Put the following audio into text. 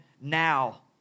now